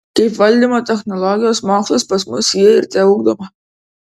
kaip valdymo technologijos mokslas pas mus ji ir teugdoma